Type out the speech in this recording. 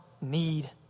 need